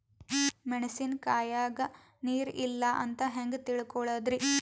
ಮೆಣಸಿನಕಾಯಗ ನೀರ್ ಇಲ್ಲ ಅಂತ ಹೆಂಗ್ ತಿಳಕೋಳದರಿ?